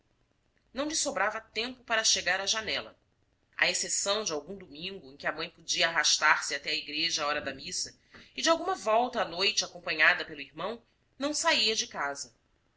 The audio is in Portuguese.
não lhe sobrava tempo para chegar à janela à exceção de algum domingo em que a mãe podia arrastar se até à igreja à hora da missa e de alguma volta à noite acompanhada pelo irmão não saía de casa